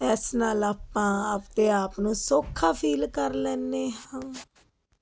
ਇਸ ਨਾਲ ਆਪਾਂ ਆਪਣੇ ਆਪ ਨੂੰ ਸੌਖਾ ਫੀਲ ਕਰ ਲੈਂਦੇ ਹਾਂ